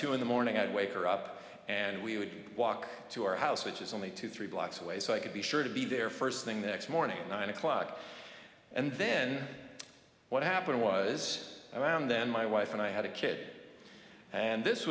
two in the morning i'd wake her up and we would walk to our house which is only two three blocks away so i could be sure to be there first thing the next morning at nine o'clock and then what happened was around then my wife and i had a kid and this